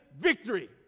victory